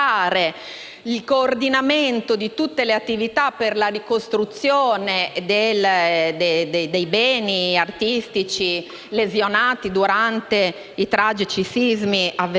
il coordinamento di tutte le attività per la ricostruzione dei beni artistici lesionati durante i tragici sismi avvenuti